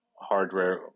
hardware